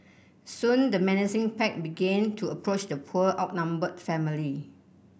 soon the menacing pack begin to approach the poor outnumbered family